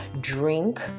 drink